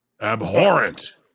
Abhorrent